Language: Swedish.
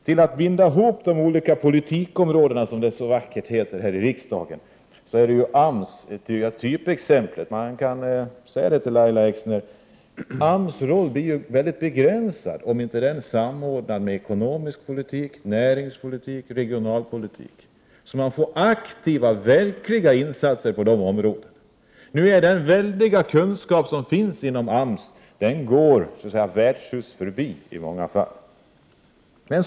Till att binda ihop de olika politikområdena, som det så vackert heter här i riksdagen, är ju AMS typexemplet. Jag kan säga till Lahja Exner: AMS roll blir ju väldigt begränsad om den inte är samordnad med ekonomisk politik, näringspolitik och regionalpolitik, så att vi får aktiva, verkliga insatser på de områdena. Den väldiga kunskap som finns inom AMS går värdshus förbi i många fall, så att säga.